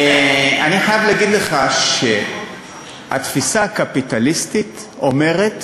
אני חייב להגיד לך שהתפיסה הקפיטליסטית אומרת